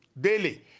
daily